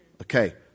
Okay